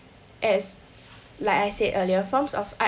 as like I said earlier forms of art